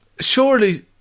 Surely